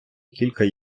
кілька